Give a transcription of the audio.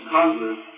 Congress